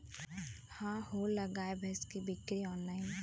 Online का गाय भैंस क बिक्री होला?